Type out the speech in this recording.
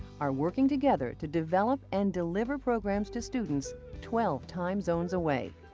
are working together to develop and deliver programs to students twelve time zones away.